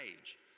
age